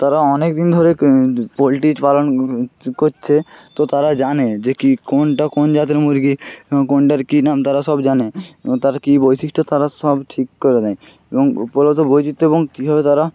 তারা অনেকদিন ধরেই পোল্ট্রি পালন করছে তো তারা জানে যে কি কোনটা কোন জাতের মুরগি কোনটার কী নাম তারা সব জানে তাদের কী বৈশিষ্ট্য তারা সব ঠিক করে নেয় এবং পুরো তার বৈচিত্র্য এবং কীভাবে তারা